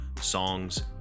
songs